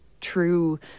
true